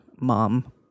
mom